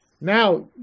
now